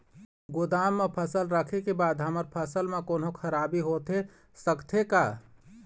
गोदाम मा फसल रखें के बाद हमर फसल मा कोन्हों खराबी होथे सकथे का?